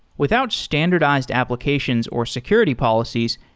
without standardized applications or security policies,